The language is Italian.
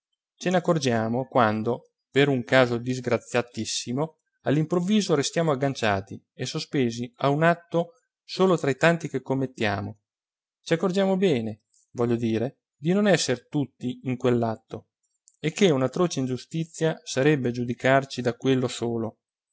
ce ne accorgiamo quando per un caso disgraziatissimo all'improvviso restiamo agganciati e sospesi a un atto solo tra i tanti che commettiamo ci accorgiamo bene voglio dire di non esser tutti in quell'atto e che un'atroce ingiustizia sarebbe giudicarci da quello solo